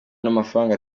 n’amafaranga